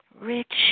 rich